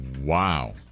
Wow